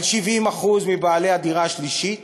על 70% מבעלי הדירה השלישית